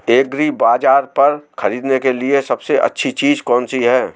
एग्रीबाज़ार पर खरीदने के लिए सबसे अच्छी चीज़ कौनसी है?